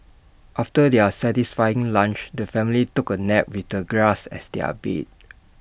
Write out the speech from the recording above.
after their satisfying lunch the family took A nap with the grass as their bed